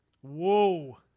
Whoa